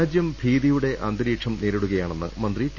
രാജ്യം ഭീതിയുടെ അന്തരീക്ഷം നേരിടുകയാണെന്ന് മന്ത്രി ടി